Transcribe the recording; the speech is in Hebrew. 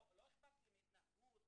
לא אכפת לי מהתנהגות,